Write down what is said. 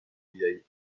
بیایی